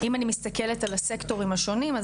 אם אני מסתכלת על הסקטורים השונים אז